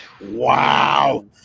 Wow